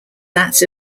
that